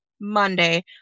monday